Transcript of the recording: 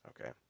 Okay